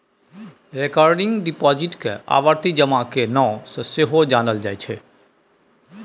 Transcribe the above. recurring deposit केँ आवर्ती जमा केर नाओ सँ सेहो जानल जाइ छै